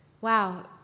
wow